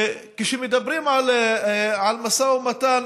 וכשמדברים על משא ומתן,